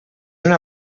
una